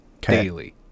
daily